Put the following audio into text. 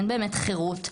אין באמת חירות.